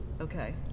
Okay